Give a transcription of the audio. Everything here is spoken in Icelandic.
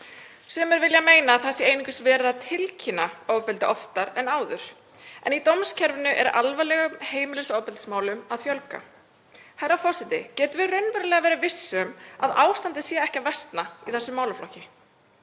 Sumir vilja meina að það sé einungis verið að tilkynna ofbeldi oftar en áður en í dómskerfinu er alvarlegum heimilisofbeldismálum að fjölga. Herra forseti. Getum við raunverulega verið viss um að ástandið sé ekki að versna í þessum málaflokki?